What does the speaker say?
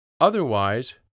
Otherwise